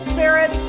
Spirit